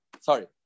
sorry